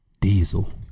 Diesel